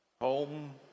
home